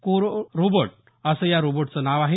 कोरो रोबोट असं या रोबोटचं नाव आहे